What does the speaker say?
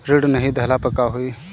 ऋण नही दहला पर का होइ?